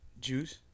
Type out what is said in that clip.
Juice